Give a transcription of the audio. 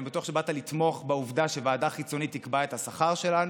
אני בטוח שבאת לתמוך בעובדה שוועדה חיצונית תקבע את השכר שלנו.